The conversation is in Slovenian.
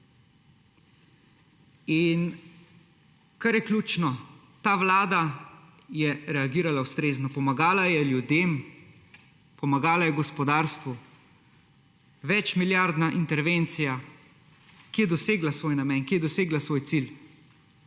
In kar je ključno, ta vlada je reagirala ustrezno. Pomagala je ljudem, pomagala je gospodarstvu. Večmilijardna intervencija, ki je dosegla svoj namen, ki je dosegla svoj cilj.